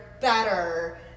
better